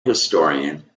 historian